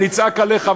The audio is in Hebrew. נצעק עליך,